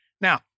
Now